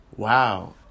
Wow